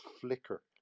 flicker